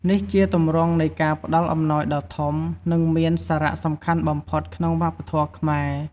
នេះជាទម្រង់នៃការផ្តល់អំណោយដ៏ធំ និងមានសារៈសំខាន់បំផុតក្នុងវប្បធម៌ខ្មែរ។